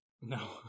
No